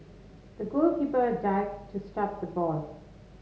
the goalkeeper dived to stop the ball